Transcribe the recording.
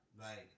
Right